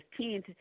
15th